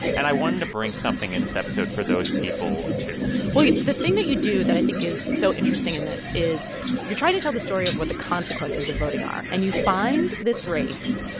and i wanted to bring something in this episode for those people, too well, yeah the thing that you do that i think is so interesting in this is you're trying to tell the story of what the consequences of voting are. and you find this race,